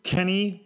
Kenny